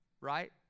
Right